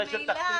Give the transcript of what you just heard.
ממילא